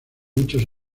muchos